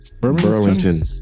Burlington